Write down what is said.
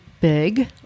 big